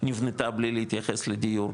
בלי להתייחס לדיור?